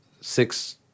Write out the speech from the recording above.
six